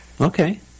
Okay